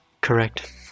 Correct